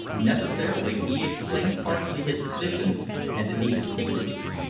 necessarily he explained partially his position and the need of secrecy.